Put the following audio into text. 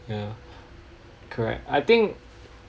yeah correct I think